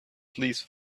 please